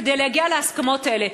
כדי להגיע להסכמות האלה,